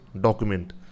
document